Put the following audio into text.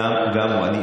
גם הוא.